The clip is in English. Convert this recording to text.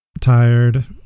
tired